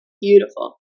Beautiful